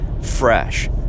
fresh